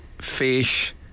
fish